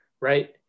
Right